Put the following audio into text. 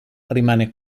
rimane